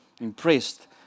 impressed